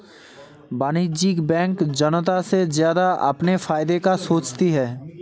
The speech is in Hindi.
वाणिज्यिक बैंक जनता से ज्यादा अपने फायदे का सोचती है